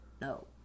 No